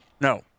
No